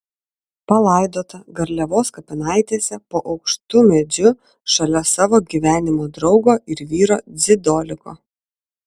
palaidota garliavos kapinaitėse po aukštu medžiu šalia savo gyvenimo draugo ir vyro dzidoliko